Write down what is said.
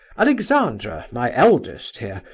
alexandra, my eldest, here,